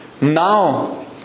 Now